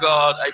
God